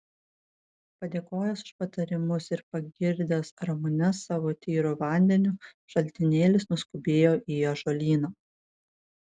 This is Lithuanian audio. padėkojęs už patarimus ir pagirdęs ramunes savo tyru vandeniu šaltinėlis nuskubėjo į ąžuolyną